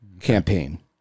campaign